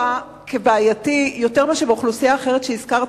כבעייתי יותר מאשר באוכלוסייה אחרת שהזכרת,